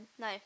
No